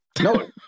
no